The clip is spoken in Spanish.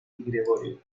gregorio